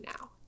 now